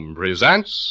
presents